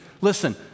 listen